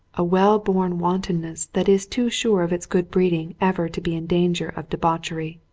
a well-born wantonness that is too sure of its good breeding ever to be in danger of de bauchery.